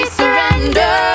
surrender